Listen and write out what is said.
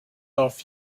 off